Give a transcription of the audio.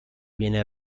viene